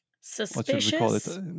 Suspicious